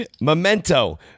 Memento